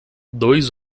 dois